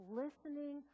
listening